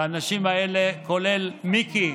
והאנשים האלה, כולל, מיקי,